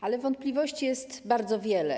Ale wątpliwości jest bardzo wiele.